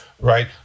Right